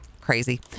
Crazy